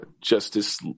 Justice